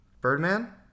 Birdman